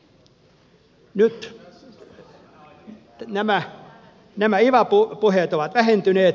nyt nämä ivapuheet ovat vähentyneet